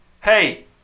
Hey